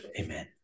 Amen